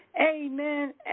Amen